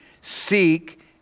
seek